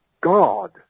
god